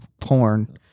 porn